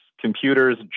computers